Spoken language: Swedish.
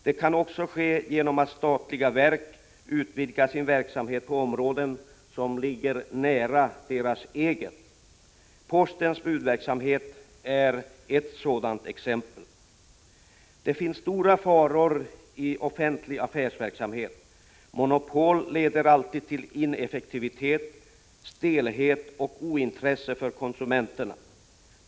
Det kan också ske genom att statliga verk utvidgar sin verksamhet på områden som ligger nära deras eget. Postens budverksamhet är ett sådant exempel. Det finns stora faror i offentlig affärsverksamhet. Monopol leder alltid till ineffektivitet, stelhet och ointresse för konsumenterna.